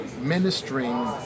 ministering